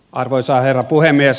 arvoisa herra puhemies